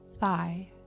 thigh